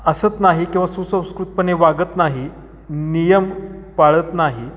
असत नाही किंवा सुसंस्कृतपणे वागत नाही नियम पाळत नाही